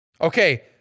Okay